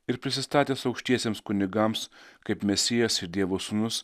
ir prisistatęs aukštiesiems kunigams kaip mesijas ir dievo sūnus